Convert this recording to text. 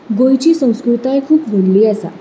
गोंयची संस्कृताय खूब व्हडली आसा